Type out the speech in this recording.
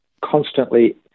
constantly